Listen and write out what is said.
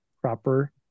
proper